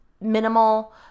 minimal